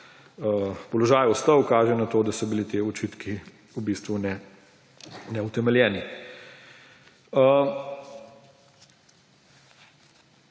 položaju ostal, kaže na to, da so bili ti očitki v bistvu neutemeljeni.